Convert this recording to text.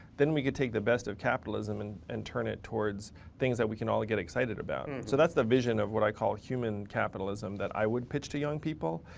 then we could take the best of capitalism and and turn it towards things that we can all get excited about. and so that's the vision of what i call human capitalism that i would pitch to young people.